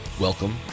welcome